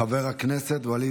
חבר הכנסת ואליד